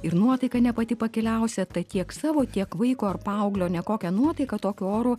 ir nuotaika ne pati pakiliausia tad tiek savo tiek vaiko ar paauglio nekokią nuotaiką tokiu oru